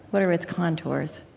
what are its contours?